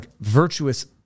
virtuous